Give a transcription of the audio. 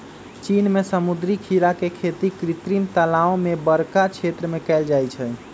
चीन में समुद्री खीरा के खेती कृत्रिम तालाओ में बरका क्षेत्र में कएल जाइ छइ